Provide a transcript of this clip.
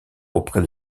auprès